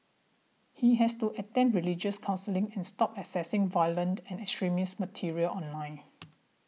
he has to attend religious counselling and stop accessing violent and extremist material online